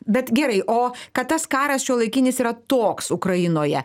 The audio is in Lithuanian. bet gerai o kad tas karas šiuolaikinis yra toks ukrainoje